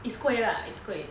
is 贵 lah is 贵